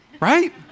right